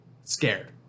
scared